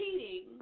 cheating